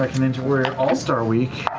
ninja warrior all-star week.